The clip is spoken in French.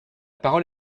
parole